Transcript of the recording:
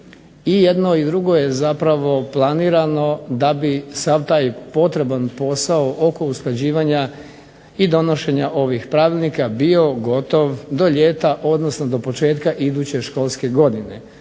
jedno i drugo je zapravo planirano da bi sav taj potreban posao oko usklađivanja i donošenja ovih pravilnika bio gotov do ljeta, odnosno do početka iduće školske godine.